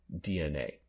DNA